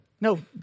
No